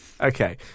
Okay